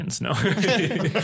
no